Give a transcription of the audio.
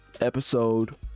episode